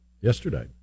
yesterday